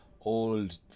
old